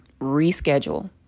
reschedule